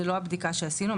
זו לא הבדיקה שעשינו.